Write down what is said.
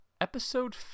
episode